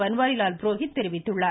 பன்வாரிலால் புரோகித் தெரிவித்துள்ளார்